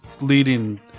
leading